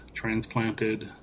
transplanted